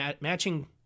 matching